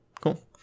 Cool